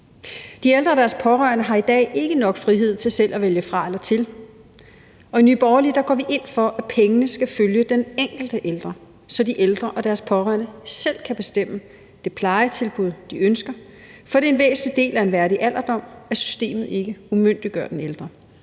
De ældre og deres pårørende har i dag ikke nok frihed til selv at vælge fra eller til. I Nye Borgerlige går vi ind for, at pengene skal følge den enkelte ældre, så de ældre og deres pårørende selv kan bestemme det plejetilbud, de ønsker, for det er en væsentlig del af en værdig alderdom, at systemet ikke umyndiggør den ældre.